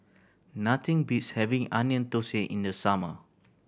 nothing beats having Onion Thosai in the summer